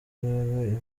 urebe